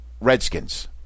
Redskins